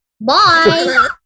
bye